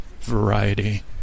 variety